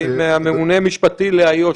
הממונה המשפטי לאיו"ש,